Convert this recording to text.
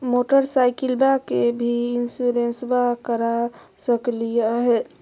मोटरसाइकिलबा के भी इंसोरेंसबा करा सकलीय है?